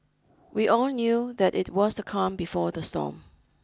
we all knew that it was the calm before the storm